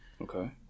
Okay